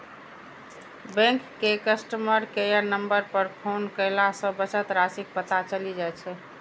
bank के customer care number पर phone कयला सं बचत राशिक पता चलि जाइ छै